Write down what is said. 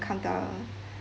come to our